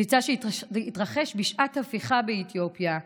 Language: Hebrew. המבצע התרחש בשעת הפיכה באתיופיה.